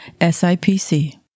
SIPC